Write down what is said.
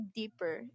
deeper